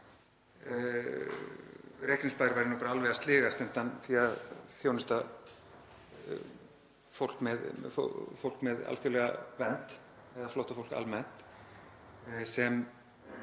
Reykjanesbær væri nú bara alveg að sligast undan því að þjónusta fólk með alþjóðlega vernd, eða flóttafólk almennt, sem